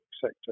sector